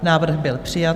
Návrh byl přijat.